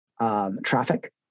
traffic